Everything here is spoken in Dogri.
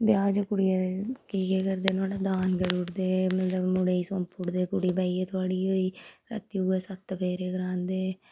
ब्याह् च कुड़िया दा केईं केह् करदे नुआढ़ा दान करी उड़दे मतलब मुड़े गी सौंपू उड़दे कुड़ी कि भई एह् थुआढ़ी होई रातीं उ'यै सत्त फेरे करांदे